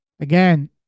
Again